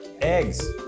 Eggs